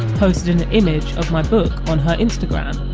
posted an image of my book on her instagram.